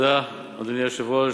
אדוני היושב-ראש,